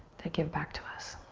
that give back to us.